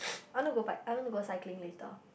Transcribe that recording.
I want to go back I want to go cycling later